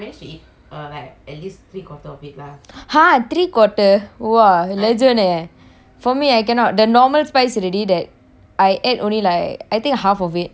!huh! three quarter !wah! legend eh for me I cannot the normal spice already that I ate only like I think half of it அதயும் நான் முக்கி முக்கிட்டான் சாப்பிட்டேன்:atheyum naan muki mukitaan saapten